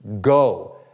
go